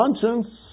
conscience